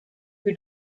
who